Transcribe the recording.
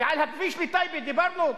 ועל הכביש לטייבה דיברנו?